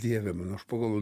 dieve mano aš pagalvojau